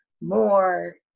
more